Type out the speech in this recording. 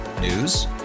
News